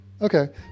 Okay